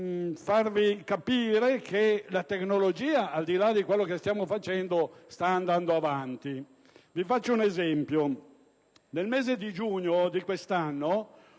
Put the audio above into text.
far capire che la tecnologia, ad al di là di quel che stiamo facendo, sta andando avanti. Ad esempio, nel mese di giugno di quest'anno